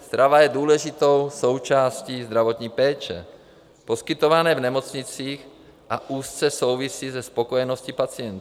Strava je důležitou součástí zdravotní péče poskytované v nemocnicích a úzce souvisí se spokojeností pacientů.